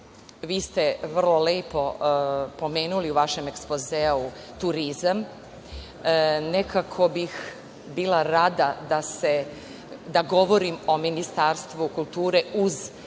vi ste vrlo lepo pomenuli u vašem ekspozeu – turizam. Nekako bih bila rada da govorim o Ministarstvu kulture uz